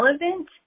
relevant